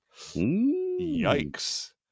Yikes